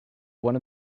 one